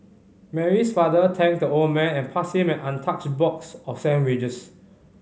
Mary's father thanked the old man and passed him an untouched box of sandwiches